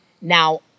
Now